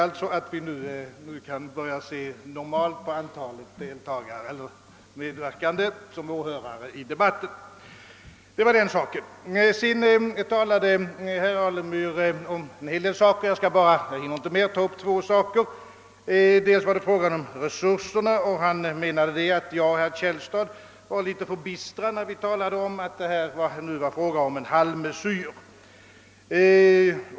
Faktum är att vi nu kan börja räkna med ett normalt antal åhörare i debatten. Herr Alemyr talade om en hel del saker. Jag skall bara — jag hinner inte med mera — ta upp två saker. Den första gäller resurserna, beträffande vilka jag och herr Källstad var missnöjda och talade om att det var fråga om en halvmesyr.